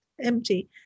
empty